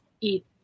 eat